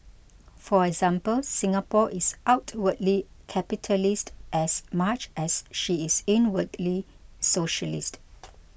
for example Singapore is outwardly capitalist as much as she is inwardly socialist